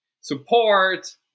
support